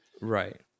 Right